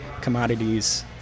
commodities